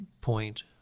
point